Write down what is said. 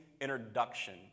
introduction